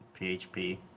PHP